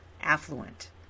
affluent